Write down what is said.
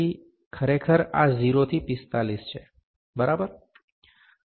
તેથી ખરેખર આ 0 થી 45 છે બરાબર